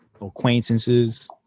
Acquaintances